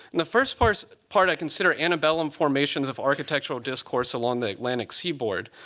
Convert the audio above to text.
and the first part part i consider antebellum formations of architectural discourse along the atlantic seaboard,